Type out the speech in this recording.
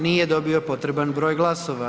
Nije dobio potreban broj glasova.